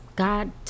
God